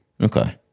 Okay